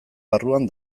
barruan